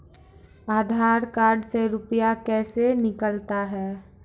आधार कार्ड से रुपये कैसे निकलता हैं?